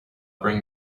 bring